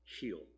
heal